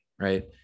Right